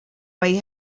way